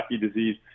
disease